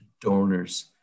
donors